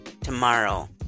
tomorrow